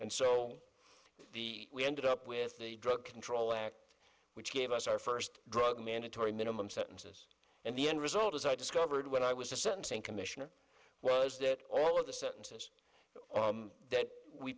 and so we ended up with the drug control act which gave us our first drug mandatory minimum sentences and the end result as i discovered when i was a sentencing commissioner was that all of the sentences that we